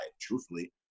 truthfully